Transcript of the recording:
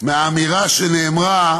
מהאמירה שנאמרה: